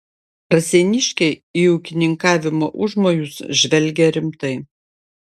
raseiniškiai į ūkininkavimo užmojus žvelgė rimtai